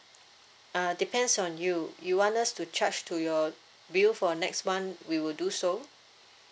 uh depends on you you want us to charge to your bill for next month we will do so